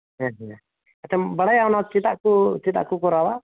ᱦᱮᱸ ᱦᱮᱸ ᱟᱪᱪᱷᱟᱢ ᱵᱟᱲᱟᱭ ᱚᱱᱟ ᱪᱮᱫᱟᱜ ᱪᱮᱫᱟᱜᱠᱚ ᱠᱚᱨᱟᱣᱟ